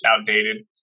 outdated